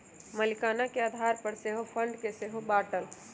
मलीकाना के आधार पर सेहो फंड के सेहो बाटल